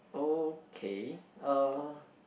okay uh